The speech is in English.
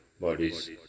bodies